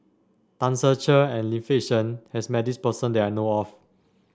Tan Ser Cher and Lim Fei Shen has met this person that I know of